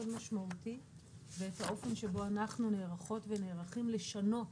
משמעותי ואת האופן שבו אנחנו נערכות ונערכים לשנות